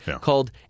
called